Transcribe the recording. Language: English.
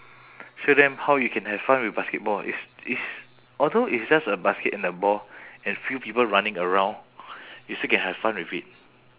show them how you can have fun with basketball it's it's although it's just a basket and a ball and few people running around you still can have fun with it